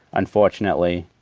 unfortunately.